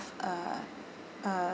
a a